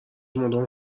مداوم